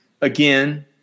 again